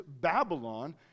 babylon